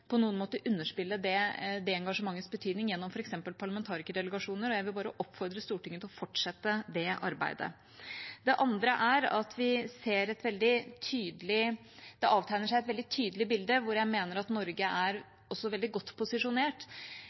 på noen måte underspille det engasjementets betydning gjennom f.eks. parlamentarikerdelegasjoner, og jeg vil bare oppfordre Stortinget til å fortsette det arbeidet. Det andre er at det avtegner seg et veldig tydelig bilde, hvor jeg mener at Norge også er veldig godt posisjonert.